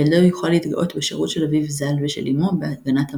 וילדו יוכל להתגאות בשירות של אביו ז"ל ושל אמו בהגנת המולדת".